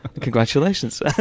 Congratulations